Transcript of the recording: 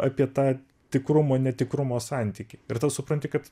apie tą tikrumo netikrumo santykį ir tada supranti kad